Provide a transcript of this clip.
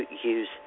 use